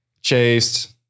chased